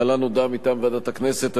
להלן הודעה מטעם ועדת הכנסת.